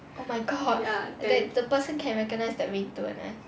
oh my god the person can recognise the ringtone ah